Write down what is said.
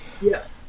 Yes